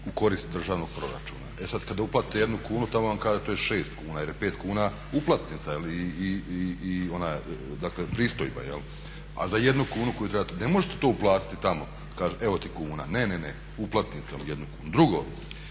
u korist državnog proračuna. E sad, kad uplatite jednu kunu tamo vam kažu to je šest kuna jer je pet kuna uplatnica i ona dakle pristojba jel'. A za jednu kunu koju trebate ne možete to uplatiti tamo. Ne, ne uplatnica i jedna kuna. Drugo,